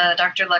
ah dr. like